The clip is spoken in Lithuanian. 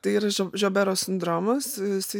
tai yra žiobero sindromas jisai